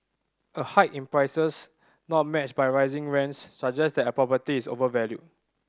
a hike in prices not matched by rising rents suggest that a property is overvalued